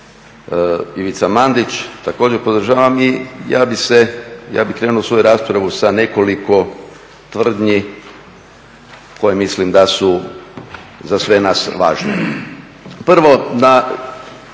Ivica Mandić također podržava. I ja bih krenuo u svoju raspravu sa nekoliko tvrdnji koje mislim da su za sve nas važne.